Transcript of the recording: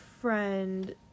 friend